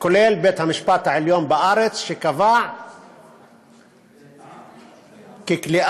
כולל בית-המשפט העליון בארץ, שקבע כי כליאה,